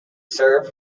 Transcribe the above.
serve